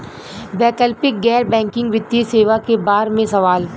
वैकल्पिक गैर बैकिंग वित्तीय सेवा के बार में सवाल?